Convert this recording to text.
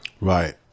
Right